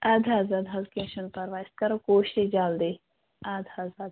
ادٕ حظ ادٕ حظ کیٚنٛہہ چھُنہٕ پرواے أسۍ کرو کوشِش جلدی ادٕ حظ ادٕ حظ